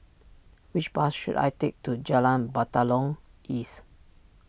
which bus should I take to Jalan Batalong East